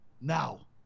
Now